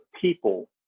people